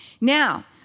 Now